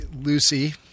Lucy